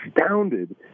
astounded